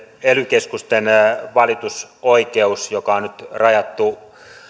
ely keskusten valitusoikeus joka on on nyt rajattu